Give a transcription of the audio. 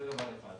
זה דבר אחד.